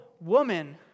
woman